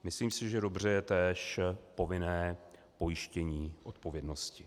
Myslím si, že dobře je též povinné pojištění odpovědnosti.